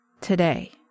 today